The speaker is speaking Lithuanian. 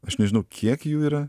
aš nežinau kiek jų yra